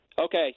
Okay